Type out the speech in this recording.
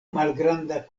malgranda